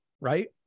right